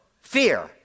fear